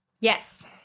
yes